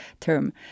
term